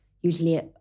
usually